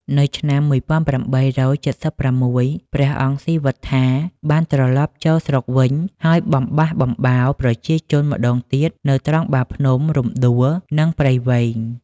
នៅឆ្នាំ ១៨៧៦ ព្រះអង្គស៊ីវត្ថាបានត្រឡប់ចូលស្រុកវិញ ហើយបំបះបំបោរប្រជាជនម្ដងទៀតនៅត្រង់បាភ្នំ រំដួល និងព្រៃវែង។